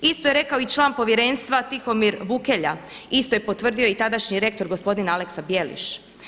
Isto je rekao i član povjerenstva Tihomir Vukelja, isto je potvrdio i tadašnji rektor gospodin Aleksa Bijeliš.